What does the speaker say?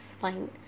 fine